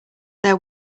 there